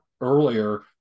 earlier